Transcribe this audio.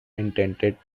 intended